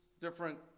different